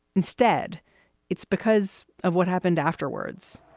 instead it's because of what happened afterwards